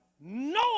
No